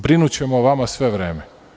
Brinućemo o vama sve vreme.